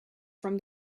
from